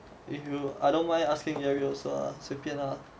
if you I don't mind asking gary also ah 随便 ah